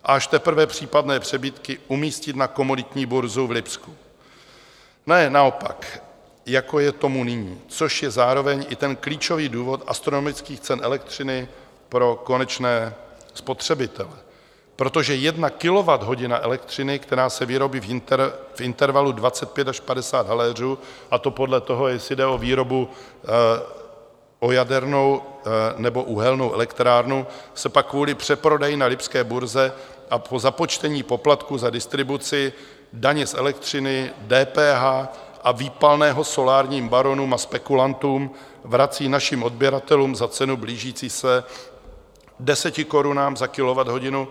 Až teprve případné přebytky umístit na komoditní burzu v Lipsku, ne naopak, jako je tomu nyní, což je zároveň i klíčový důvod astronomických cen elektřiny pro konečné spotřebitele, protože jedna kilowatthodina elektřiny, která se vyrobí v intervalu 25 až 50 haléřů a to podle toho, jestli jde o jadernou, nebo uhelnou elektrárnu se pak kvůli přeprodeji na lipské burze a po započtení poplatku za distribuci daně z elektřiny, DPH a výpalného solárním baronům a spekulantům vrací našim odběratelům za cenu blížící se 10 korunám za kilowatthodinu.